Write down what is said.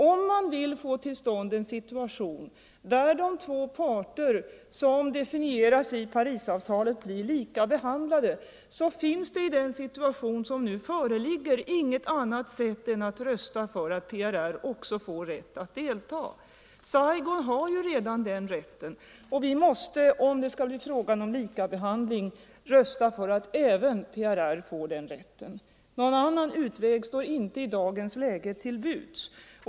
Om man vill att de två parter som definieras i Parisavtalet skall bli lika behandlade, så finns det i den situation som nu föreligger inget annat sätt att gå till väga än att rösta för att PRR också får rätt att delta. Saigon har ju redan den rätten, och vi måste - om det skall bli fråga om lika behandling — rösta för att även PRR får den rätten. Någon annan utväg står inte i dagens läge till buds.